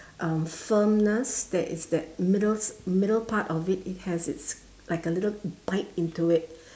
um firmness that is that middle middle part of it has it's like a little bite into it